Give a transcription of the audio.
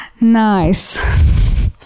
Nice